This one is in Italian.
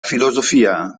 filosofia